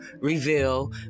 reveal